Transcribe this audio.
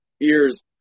ears